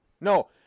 No